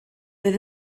fydd